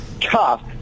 tough